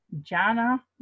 Jana